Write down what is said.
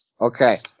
Okay